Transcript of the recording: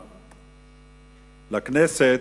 לכנסת,